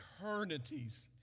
eternities